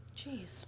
Jeez